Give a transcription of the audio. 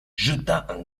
jeta